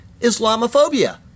Islamophobia